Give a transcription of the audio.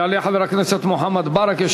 יעלה חבר הכנסת מוחמד ברכה,